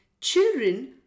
Children